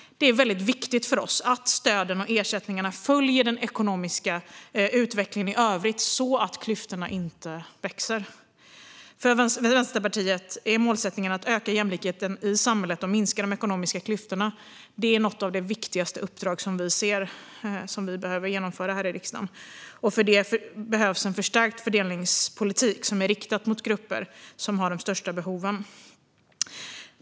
Det är väldigt viktigt för oss att stöden och ersättningarna följer den ekonomiska utvecklingen i övrigt, så att klyftorna inte växer. För Vänsterpartiet är målsättningen att öka jämlikheten i samhället och minska de ekonomiska klyftorna. Det hör till de viktigaste uppdrag som vi behöver genomföra här i riksdagen. För detta behövs en förstärkt fördelningspolitik som är riktad mot de grupper som har de största behoven.